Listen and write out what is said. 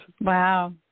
Wow